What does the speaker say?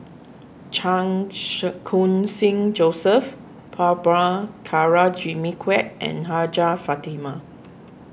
Chan shark Khun Sing Joseph Jimmy Quek and Hajjah Fatimah